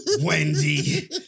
Wendy